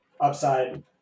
upside